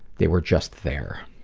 they were just there.